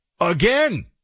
again